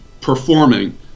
performing